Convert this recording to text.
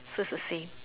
so is the same